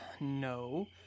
No